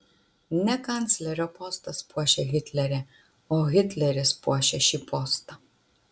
ne kanclerio postas puošia hitlerį o hitleris puošia šį postą